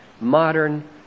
modern